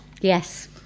Yes